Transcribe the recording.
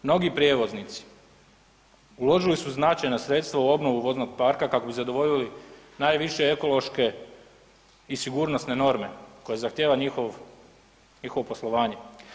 Mnogi prijevoznici uložili su značajna sredstva u obnovu voznog parka kako bi zadovoljili najviše ekološke i sigurnosne norme koje zahtjeva njihovo poslovanje.